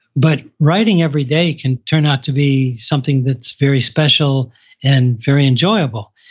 but writing everyday can turn out to be something that's very special and very enjoyable.